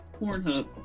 Pornhub